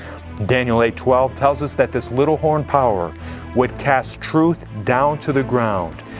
daniel eight twelve tells us that this little horn power would cast truth down to the ground.